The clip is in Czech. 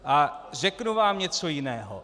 A řeknu vám něco jiného.